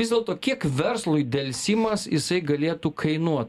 vis dėlto kiek verslui delsimas jisai galėtų kainuot